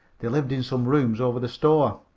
they lived in some rooms over the store.